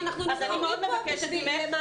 אנחנו יושבים פה למענכם.